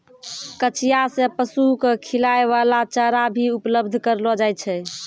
कचिया सें पशु क खिलाय वाला चारा भी उपलब्ध करलो जाय छै